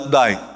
die